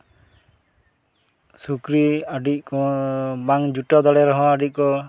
ᱥᱩᱠᱨᱤ ᱟᱹᱰᱤ ᱠᱚ ᱵᱟᱝ ᱡᱩᱴᱟᱹᱣ ᱨᱮᱦᱚᱸ ᱟᱹᱰᱤ ᱠᱚ